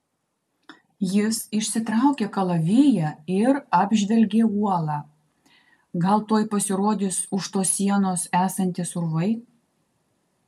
jis išsitraukė kalaviją ir apžvelgė uolą gal tuoj pasirodys už tos sienos esantys urvai